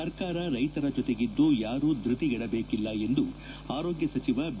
ಸರ್ಕಾರ ರೈತರ ಜೊತೆಗಿದ್ದು ಯಾರೂ ದೃತಿಗೆದಬೇಕಿಲ್ಲ ಎಂದು ಆರೋಗ್ಯ ಸಚಿವ ಬಿ